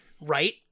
right